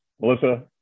Melissa